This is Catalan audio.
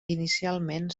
inicialment